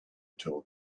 told